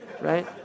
Right